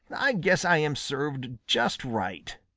i guess i am served just right.